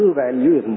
value